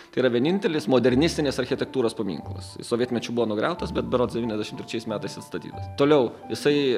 tai yra vienintelis modernistinės architektūros paminklas sovietmečiu buvo nugriautas bet berods devyniasdešimt trečiais metais atstatytas toliau jisai